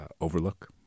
overlook